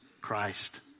Christ